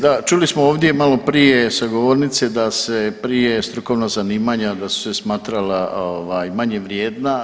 Da, čuli smo ovdje m alo prije sa govornice da se prije strukovna zanimanja da su se smatrala manje vrijedna.